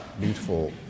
beautiful